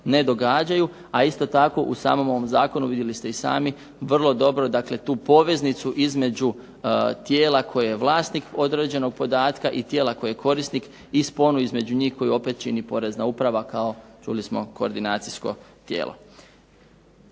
ne događaju. A isto tako u samom ovom zakonu vidjeli ste i sami, vrlo dobro dakle tu poveznicu između tijela koje je vlasnik određenog podatka i tijela koje je korisnik i sponu između njih koji opet čini Porezna uprava kao čuli smo koordinacijsko tijelo.